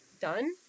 done